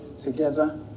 together